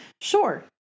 Sure